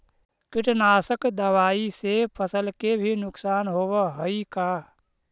कीटनाशक दबाइ से फसल के भी नुकसान होब हई का?